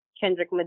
Kendrick